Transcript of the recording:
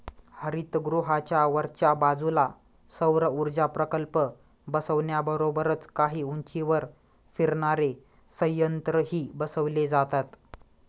हरितगृहाच्या वरच्या बाजूला सौरऊर्जा प्रकल्प बसवण्याबरोबरच काही उंचीवर फिरणारे संयंत्रही बसवले जातात